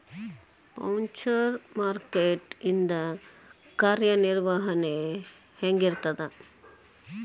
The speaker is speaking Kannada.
ಫ್ಯುಚರ್ ಮಾರ್ಕೆಟ್ ಇಂದ್ ಕಾರ್ಯನಿರ್ವಹಣಿ ಹೆಂಗಿರ್ತದ?